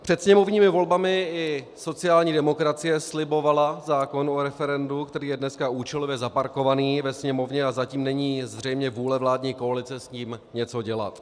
Před sněmovními volbami i sociální demokracie slibovala zákon o referendu, který je dnes účelově zaparkovaný ve Sněmovně, a zatím není zřejmě vůle vládní koalice s ním něco dělat.